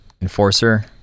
enforcer